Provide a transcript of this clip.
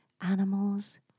animals